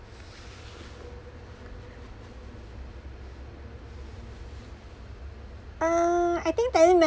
uh I think during